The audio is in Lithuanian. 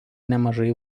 nemažai